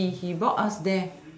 he he brought us there